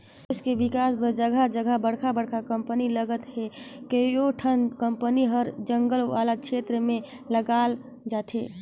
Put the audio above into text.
देस के बिकास बर जघा जघा बड़का बड़का कंपनी लगत हे, कयोठन कंपनी हर जंगल वाला छेत्र में लगाल जाथे